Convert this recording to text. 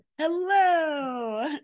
Hello